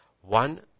One